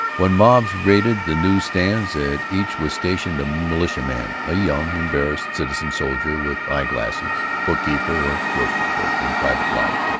when mobs raided the news-stands, at each was stationed a militiaman, a young, embarrassed citizen-soldier with eye-glasses, bookkeeper or grocery-clerk in private life,